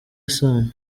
sano